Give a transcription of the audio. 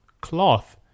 cloth